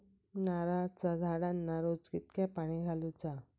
नारळाचा झाडांना रोज कितक्या पाणी घालुचा?